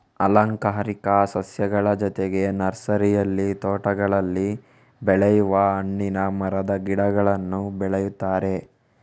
ಅಲಂಕಾರಿಕ ಸಸ್ಯಗಳ ಜೊತೆಗೆ ನರ್ಸರಿಯಲ್ಲಿ ತೋಟಗಳಲ್ಲಿ ಬೆಳೆಯುವ ಹಣ್ಣಿನ ಮರದ ಗಿಡಗಳನ್ನೂ ಬೆಳೆಯುತ್ತಾರೆ